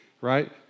right